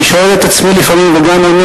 אני שואל את עצמי לפעמים וגם עונה,